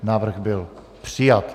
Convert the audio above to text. Návrh byl přijat.